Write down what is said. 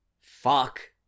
fuck